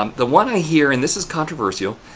um the one i hear, and this is controversial,